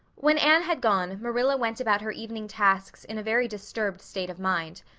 when anne had gone marilla went about her evening tasks in a very disturbed state of mind.